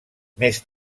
més